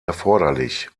erforderlich